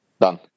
done